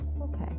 Okay